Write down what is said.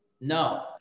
No